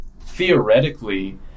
theoretically